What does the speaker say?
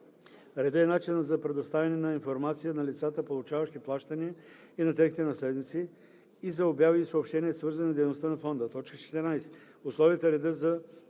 реда и начина за предоставяне на информация на лицата, получаващи плащания, и на техните наследници, и за обяви и съобщения, свързани с дейността на фонда; 14.